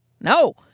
No